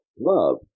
love